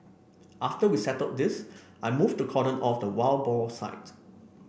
after we settled this I moved to cordon off the wild boar site